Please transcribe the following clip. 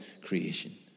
creation